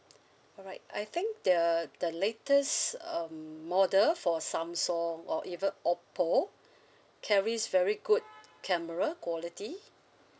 alright I think the the latest um model for samsung or even oppo carries very good camera quality